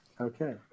okay